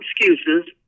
excuses